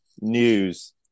News